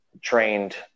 trained